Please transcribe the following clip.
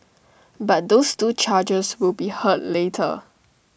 but those two charges will be heard later